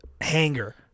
hangar